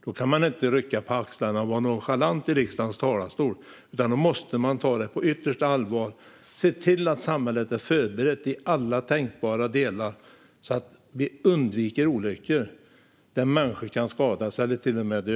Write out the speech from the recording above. Då kan man inte rycka på axlarna och vara nonchalant i riksdagens talarstol. Då måste man ta det på yttersta allvar och se till att samhället är förberett i alla tänkbara delar, så att vi undviker olyckor där människor kan skadas eller till och med dö.